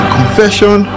Confession